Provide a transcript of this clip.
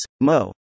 Mo